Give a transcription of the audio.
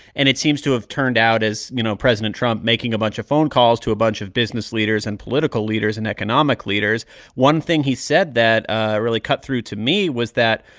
and it seems to have turned out as, you know, president trump making a bunch of phone calls to a bunch of business leaders and political leaders and economic leaders one thing he said that really cut through to me was that,